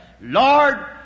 Lord